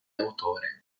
autore